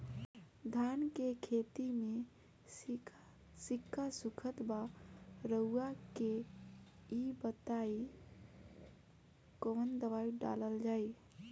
धान के खेती में सिक्का सुखत बा रउआ के ई बताईं कवन दवाइ डालल जाई?